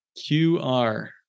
QR